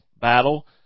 battle